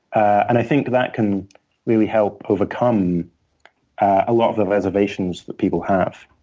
and i think that can really help overcome a lot of the reservations that people have.